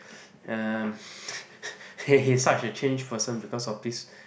um he is such a changed person because of this